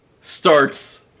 starts